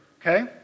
okay